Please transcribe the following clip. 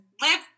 live